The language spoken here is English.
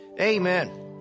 amen